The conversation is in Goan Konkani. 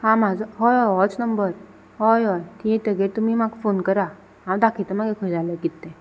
हा म्हजो होय होय होच नंबर होय होय थीं येतगीर तुमी म्हाका फोन करा हांव दाखयता म्हागी खंय जालें कित तें